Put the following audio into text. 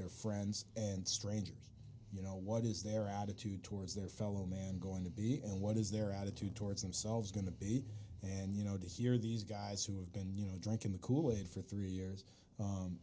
their friends and strangers you know what is their attitude towards their fellow man going to be and what is their attitude towards themselves going to be and you know to hear these guys who have been you know drinking the kool aid for three years